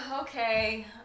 Okay